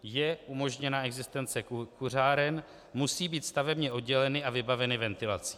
Je umožněna existence kuřáren, musí být stavebně odděleny a vybaveny ventilací.